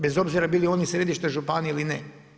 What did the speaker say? Bez obzira bili oni središte županija ili ne.